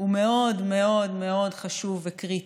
הוא מאוד מאוד מאוד חשוב וקריטי.